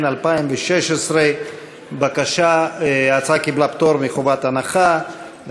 התשע"ז 2016. ההצעה קיבלה פטור מחובת הנחה,